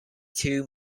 two